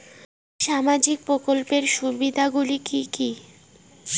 সামাজিক প্রকল্পের সুবিধাগুলি কি কি?